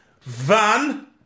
van